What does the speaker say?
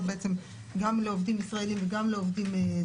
בעצם גם לעובדים ישראלים וגם לעובדים זרים.